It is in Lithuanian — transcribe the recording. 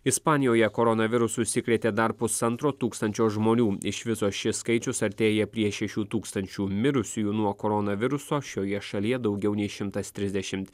ispanijoje koronavirusu užsikrėtė dar pusantro tūkstančio žmonių iš viso šis skaičius artėja prie šešių tūkstančių mirusiųjų nuo koronaviruso šioje šalyje daugiau nei šimtas trisdešimt